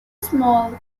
small